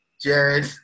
Jared